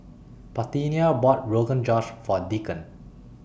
Parthenia bought Rogan Josh For Deacon